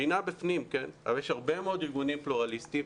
בינ"ה בפנים אבל יש הרבה מאוד ארגונים פלורליסטים.